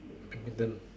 badminton